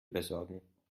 besorgen